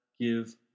give